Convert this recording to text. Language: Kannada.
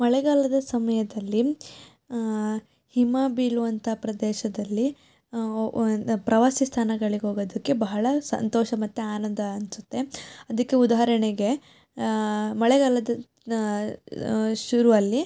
ಮಳೆಗಾಲದ ಸಮಯದಲ್ಲಿ ಹಿಮ ಬೀಳುವಂಥ ಪ್ರದೇಶದಲ್ಲಿ ಒಂದು ಪ್ರವಾಸಿ ಸ್ಥಾನಗಳಿಗೆ ಹೋಗೋದಕ್ಕೆ ಬಹಳ ಸಂತೋಷ ಮತ್ತು ಆನಂದ ಅನಿಸುತ್ತೆ ಅದಕ್ಕೆ ಉದಾಹರಣೆಗೆ ಮಳೆಗಾಲದ ಶುರುವಲ್ಲಿ